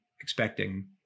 expecting